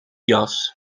jas